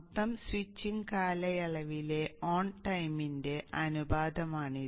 മൊത്തം സ്വിച്ചിംഗ് കാലയളവിലെ ഓൺ ടൈമിന്റെ അനുപാതമാണിത്